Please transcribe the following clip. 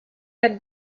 had